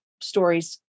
stories